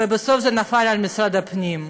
ובסוף זה נפל על משרד הפנים.